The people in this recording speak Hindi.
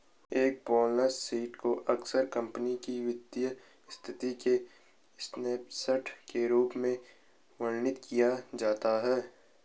एक बैलेंस शीट को अक्सर कंपनी की वित्तीय स्थिति के स्नैपशॉट के रूप में वर्णित किया जाता है